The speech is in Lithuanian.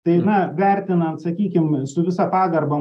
tai na vertinant sakykim su visa pagarba